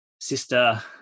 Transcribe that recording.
sister